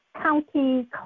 county